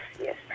yes